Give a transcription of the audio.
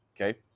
Okay